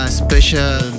special